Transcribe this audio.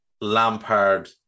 Lampard